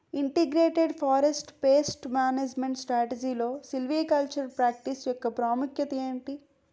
Integrated forest pest management స్ట్రాటజీలో silvicultural practice యెక్క ప్రాముఖ్యత ఏమిటి??